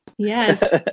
Yes